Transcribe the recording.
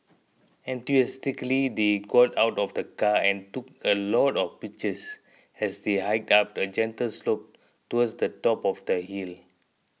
enthusiastically they got out of the car and took a lot of pictures as they hiked up a gentle slope towards the top of the hill